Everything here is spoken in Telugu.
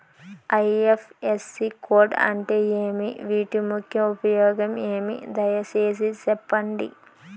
ఐ.ఎఫ్.ఎస్.సి కోడ్ అంటే ఏమి? వీటి ముఖ్య ఉపయోగం ఏమి? దయసేసి సెప్పండి?